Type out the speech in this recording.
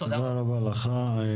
תודה רבה לך.